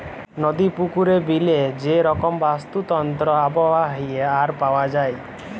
নদি, পুকুরে, বিলে যে রকম বাস্তুতন্ত্র আবহাওয়া হ্যয়ে আর পাওয়া যায়